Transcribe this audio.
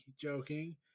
Joking